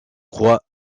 croix